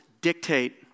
dictate